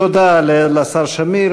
תודה לשר שמיר.